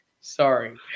Sorry